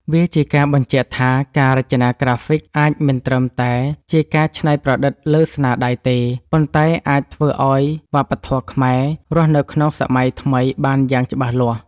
វាជាការបញ្ជាក់ថា ការរចនាក្រាហ្វិកអាចមិនត្រឹមតែជាការច្នៃប្រឌិតលើស្នាដៃទេ ប៉ុន្តែអាចធ្វើឲ្យវប្បធម៌ខ្មែររស់នៅក្នុងសម័យថ្មីបានយ៉ាងច្បាស់លាស់។